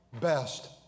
best